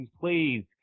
please